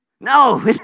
No